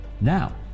Now